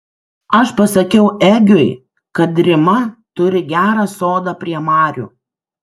aš pasakiau egiui kad rima turi gerą sodą prie marių